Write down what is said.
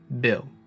Bill